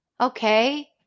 okay